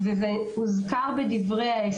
זה סעיף שהוגדר על ידי הבט"פ,